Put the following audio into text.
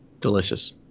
Delicious